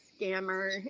scammer